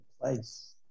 place